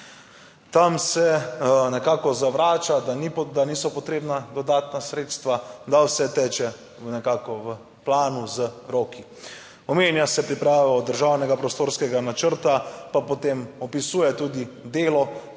Tam se nekako zavrača, da niso potrebna dodatna sredstva, da vse teče nekako v planu z roki. Omenja se priprava državnega prostorskega načrta, pa potem opisuje tudi delo,